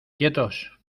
quietos